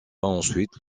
ensuite